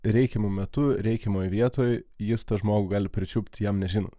reikiamu metu reikiamoje vietoj jis tą žmogų gali pričiupti jam nežinant